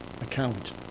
account